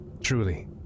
truly